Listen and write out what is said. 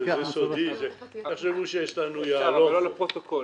המרכזי שבעצם הרשומה הידנית היום היא בשוליים.